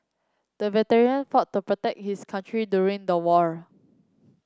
the veteran fought to protect his country during the war